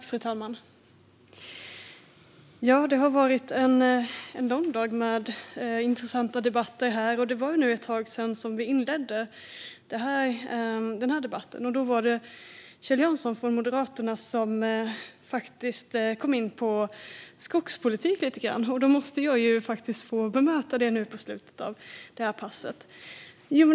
Fru talman! Det har varit en lång dag med intressanta debatter. Det var nu ett tag sedan vi inledde den här debatten. Kjell Jansson från Moderaterna kom då in lite grann på skogspolitik, och då måste jag få bemöta det nu i slutet av det här passet.